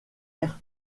une